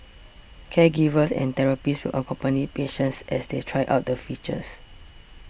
caregivers and therapists will accompany patients as they try out the features